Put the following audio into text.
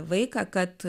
vaiką kad